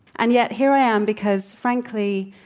and yet here i am because, frankly,